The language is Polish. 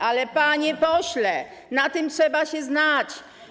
Ale panie pośle, na tym trzeba się znać.